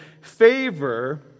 favor